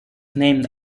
named